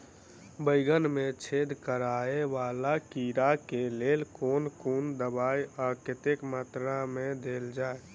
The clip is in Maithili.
बैंगन मे छेद कराए वला कीड़ा केँ लेल केँ कुन दवाई आ कतेक मात्रा मे देल जाए?